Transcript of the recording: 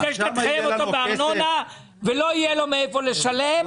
מזה שתחייב אותו בארנונה ולא יהיה לו מאיפה לשלם,